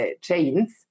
chains